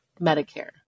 Medicare